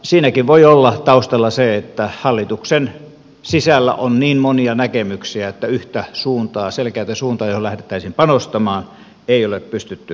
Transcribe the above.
siinäkin voi olla taustalla se että hallituksen sisällä on niin monia näkemyksiä että yhtä suuntaa selkeätä suuntaa johon lähdettäisiin panostamaan ei ole pystytty valitsemaan